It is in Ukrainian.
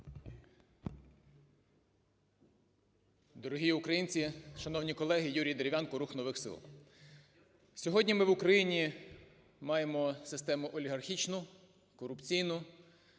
Дорогі українці, шановні колеги! Юрій Дерев'янко, "Рух нових сил". Сьогодні ми в Україні маємо систему олігархічну, корупційну,